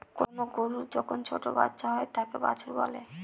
কোনো গরুর যখন ছোটো বাচ্চা হয় তাকে বাছুর বলে